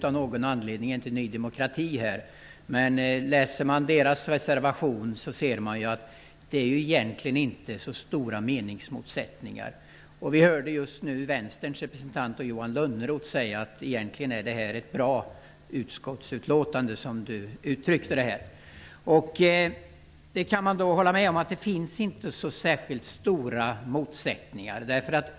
Av någon anledning är inte Ny demokrati här, men läser man deras reservation ser man att det egentligen inte finns så stora meningsmotsättningar. Vi hörde ju också Vänsterns representant Johan Lönnroth säga att detta egentligen är ett bra utskottsutlåtande, som han uttryckte det. Jag kan hålla med om att det inte finns så stora motsättningar.